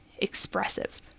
Expressive